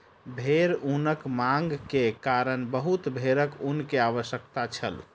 भेड़ ऊनक मांग के कारण बहुत भेड़क ऊन के आवश्यकता छल